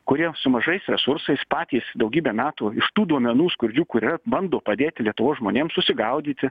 kurie su mažais resursais patys daugybę metų iš tų duomenų skurdžių kur yra bando padėti lietuvos žmonėms susigaudyti